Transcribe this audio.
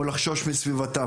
ולא לחשוש מסביבתה.